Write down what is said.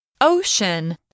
Ocean